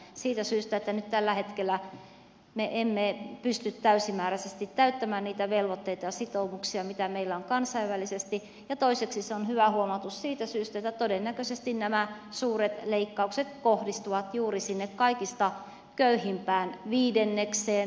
siitä syystä että nyt tällä hetkellä me emme pysty täysimääräisesti täyttämään niitä velvoitteita ja sitoumuksia mitä meillä on kansainvälisesti ja toiseksi se on hyvä huomautus siitä syystä että todennäköisesti nämä suuret leikkaukset kohdistuvat juuri sinne kaikista köyhimpään viidennekseen